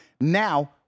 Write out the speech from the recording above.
Now